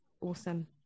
Awesome